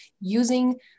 using